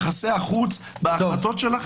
יחסי החוץ בהחלטות שלכם?